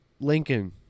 Lincoln